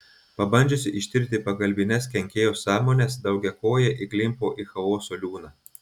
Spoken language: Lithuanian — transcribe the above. pabandžiusi ištirti pagalbines kenkėjo sąmones daugiakojė įklimpo į chaoso liūną